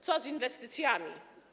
Co z inwestycjami?